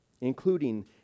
including